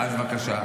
אז בבקשה.